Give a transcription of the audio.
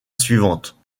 suivante